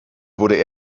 wurde